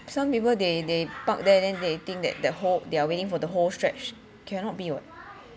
some people they they park there then they think that that whole they are waiting for the whole stretch cannot be [what]